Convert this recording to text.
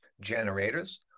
generators